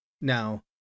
now